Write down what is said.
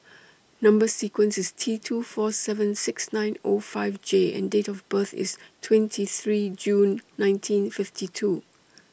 Number sequence IS T two four seven six nine O five J and Date of birth IS twenty three June nineteen fifty two